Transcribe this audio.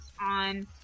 on